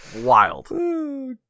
Wild